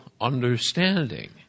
understanding